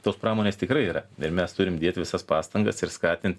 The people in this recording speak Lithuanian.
tos pramonės tikrai yra ir mes turim dėt visas pastangas ir skatint